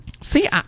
See